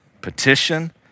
petition